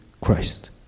Christ